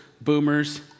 Boomers